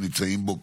תהיה, זו החלטה שלך.